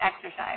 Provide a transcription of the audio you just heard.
exercise